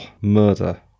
murder